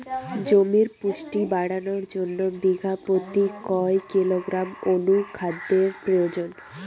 জমির পুষ্টি বাড়ানোর জন্য বিঘা প্রতি কয় কিলোগ্রাম অণু খাদ্যের প্রয়োজন?